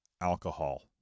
alcohol